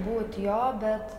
būt jo bet